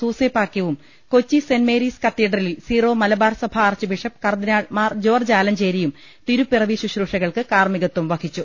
സൂസേപാക്യവും Kochi saint Mary's കത്തീഡ്രലിൽ സീറോ മലബാർസഭ archbishop കർദ്ദിനാൾ മാർ ജോർജ്ജ് ആലഞ്ചേരിയും തിരുപ്പിറവി ശുശ്രൂഷകൾക്ക് കാർമ്മികത്വം വഹിച്ചു